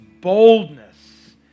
boldness